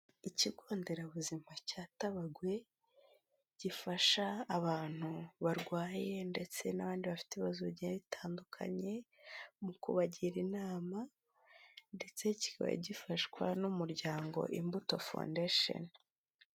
Ikigo nderabuzima cya Tabagwe gifasha abantu barwaye ndetse n'abandi bafite ibibazo bigiye bitandukanye, mu kubagira inama ndetse kikaba gifashwa n'Umuryango Imbuto Foundation.